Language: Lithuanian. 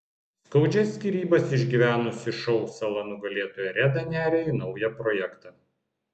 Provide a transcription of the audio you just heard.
skaudžias skyrybas išgyvenusi šou sala nugalėtoja reda neria į naują projektą